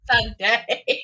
Sunday